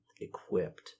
equipped